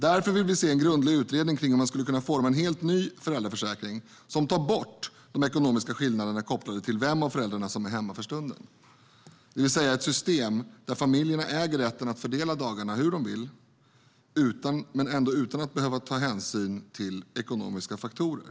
Därför vill vi se en grundlig utredning om hur man skulle kunna forma en helt ny föräldraförsäkring som tar bort de ekonomiska skillnaderna kopplade till vem av föräldrarna som är hemma, det vill säga ett system där familjerna äger rätten att fördela dagarna hur de vill men utan att behöva ta hänsyn till ekonomiska faktorer.